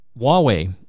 Huawei